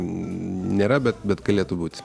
nėra bet bet galėtų būt